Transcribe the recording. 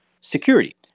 security